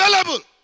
available